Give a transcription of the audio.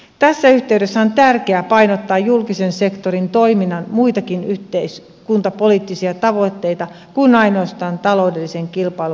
tässä yhteydessä on tärkeää painottaa julkisen sektorin toiminnan muitakin yhteiskuntapoliittisia tavoitteita kuin ainoastaan taloudellisen kilpailun toimivuutta